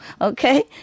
Okay